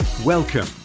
Welcome